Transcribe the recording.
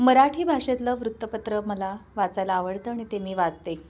मराठी भाषेतलं वृत्तपत्र मला वाचायला आवडतं आणि ते मी वाचते